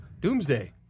Doomsday